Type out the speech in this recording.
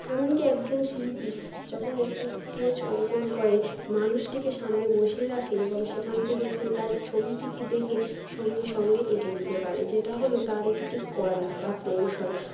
এমনকি একজন শিল্পী যখন একটা স্কেচ অঙ্কন করে মানুষটিকে সামনে বসিয়ে রাখে এবং সেখান থেকে সে তার ছবিটিকে দেখে সঙ্গে সঙ্গে এঁকে দিতে পারে যেটা হল তার একটি কলা বা কৌশল